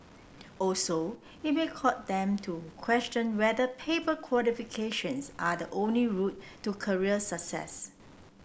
also it may them to question whether paper qualifications are the only route to career success